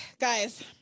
guys